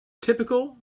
typical